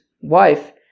wife